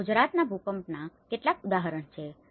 તેથી આ ગુજરાતના ભૂકંપના કેટલાક ઉદાહરણો છે